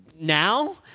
now